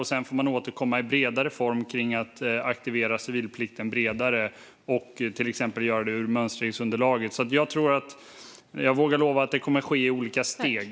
Därefter får man återkomma i vidare form kring att aktivera civilplikten bredare och till exempel göra det ur mönstringsunderlaget. Jag vågar lova att det här kommer att ske i olika steg.